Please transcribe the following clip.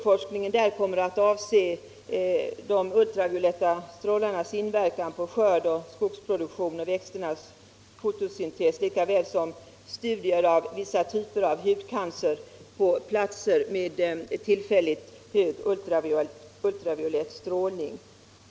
Forskningen där kommer att avse de ultravioletta strålarnas inverkan på skörd och skogsproduktion samt växternas fotosyntes liksom iäven vissa typer av hudcancer på platser med tillfällig. hög ultraviolett strålning.